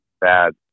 bad